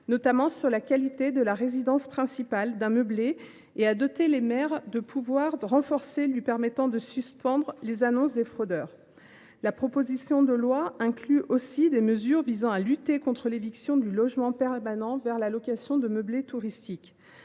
notamment sur la qualité de résidence principale d’un meublé ; de l’autre, il a doté le maire de pouvoirs renforcés lui permettant de suspendre les annonces de fraudeurs. La proposition de loi inclut aussi des mesures visant à lutter contre l’éviction du logement permanent au profit de la location meublée touristique.